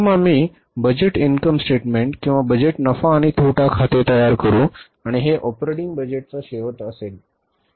प्रथम आम्ही budget income statement किंवा बजेट नफा आणि तोटा खाते तयार करू आणि हे ऑपरेटिंग बजेटचा शेवट असेल